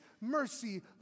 mercy